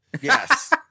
Yes